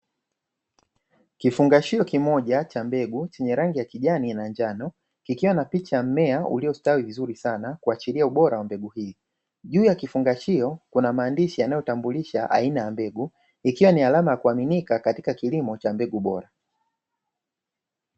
Kifungashio kimoja cha mbegu chenye rangi ya kijani na njano kikiwa na picha ya mmea uliostawi vizuri sana kuashiria ubora wa mbegu hii, juu ya kifungashio kuna maandishi yanayotambulisha aina ya mbegu ikiwa ni alama ya kuaminika katika kilimo cha mbegu bora.